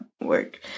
work